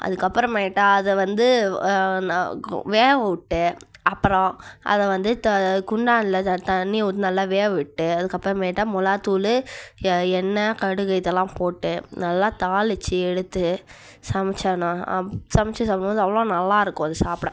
அதற்கப்பறமாயிட்டு அதை வந்து வேகவுட்டு அப்புறம் அதை வந்து த குண்டானில் தண்ணியை ஊற்றி நல்லா வேக விட்டு அதுக்கப்பறமேட்டா மிளவா தூள் எண்ணெய் கடுகு இதெல்லாம் போட்டு நல்லா தாளிச்சு எடுத்து சமைச்சோன்னா சமைச்சு சாப்பிடும்போது அவ்வளோ நல்லாருக்கும் அது சாப்பிட